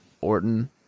Orton